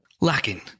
lacking